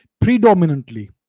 predominantly